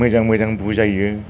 मोजां मोजां बुजायो